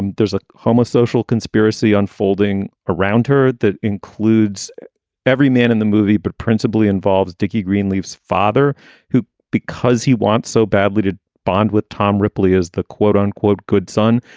and there's a homo social conspiracy unfolding around her that includes every man in the movie, but principally involves dicky green leaves father who, because he wants so badly to bond with tom ripley, is the quote unquote good son,